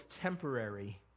temporary